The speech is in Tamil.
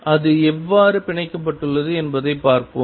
அது எவ்வாறு பிணைக்கப்பட்டுள்ளது என்பதைப் பார்ப்போம்